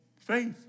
faith